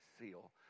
seal